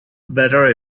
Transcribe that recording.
better